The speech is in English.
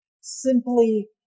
simply